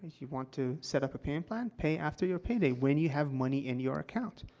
you want to set up a payment plan? pay after your payday when you have money in your account.